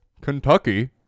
Kentucky